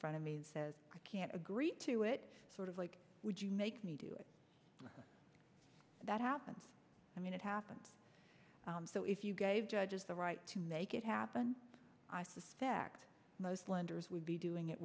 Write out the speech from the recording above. front of me and says i can't agree to it sort of like would you make me do it that happens i mean it happened so if you gave judges the right to make it happen i suspect most lenders would be doing it